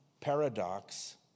paradox